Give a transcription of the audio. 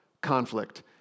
conflict